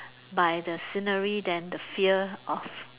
by the scenery than the fear of